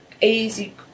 easy